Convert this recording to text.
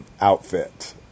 outfit